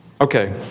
Okay